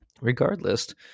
Regardless